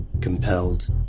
Compelled